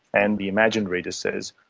and the imagined reader says,